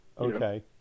Okay